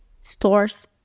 stores